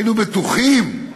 היינו בטוחים.